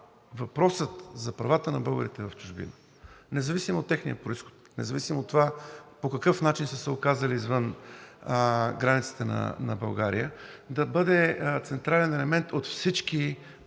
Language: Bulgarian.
въпросът за правата на българите в чужбина, независимо от техния произход, независимо от това по какъв начин са се оказали извън границите на България, да бъде централен елемент от всички